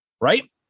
right